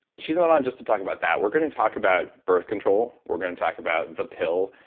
she's not on just to talk about that. we're going to talk about birth control we're going to talk about the pill.